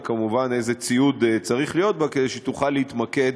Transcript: וכמובן איזה ציוד צריך להיות בה כדי שהיא תוכל להתמקד